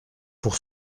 pour